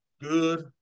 good